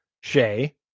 Shay